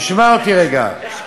תשמע, אני חילוני,